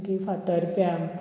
मागाीर फातर्प्यां